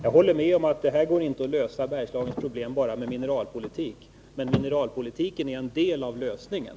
Jag håller med om att det inte går att lösa Bergslagens problem enbart med mineralpolitiken, men mineralpolitiken är en del av lösningen.